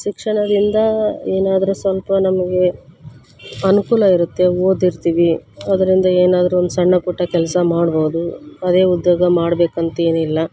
ಶಿಕ್ಷಣದಿಂದ ಏನಾದರೂ ಸ್ವಲ್ಪ ನಮಗೆ ಅನುಕೂಲ ಇರುತ್ತೆ ಓದಿರ್ತೀವಿ ಅದರಿಂದ ಏನಾದರೂ ಒಂದು ಸಣ್ಣ ಪುಟ್ಟ ಕೆಲಸ ಮಾಡ್ಬೋದು ಅದೇ ಉದ್ಯೋಗ ಮಾಡಬೇಕಂತೇನಿಲ್ಲ